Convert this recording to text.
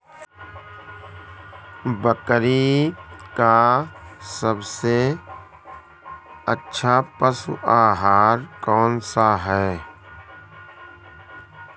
बकरी का सबसे अच्छा पशु आहार कौन सा है?